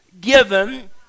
given